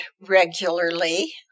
regularly